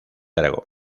aragón